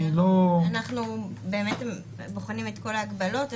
אנחנו באמת בוחנים את כל ההגבלות.